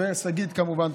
ולשגית כמובן.